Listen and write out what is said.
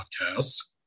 podcast